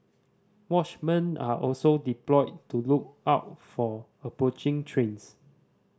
watchmen are also deployed to look out for approaching trains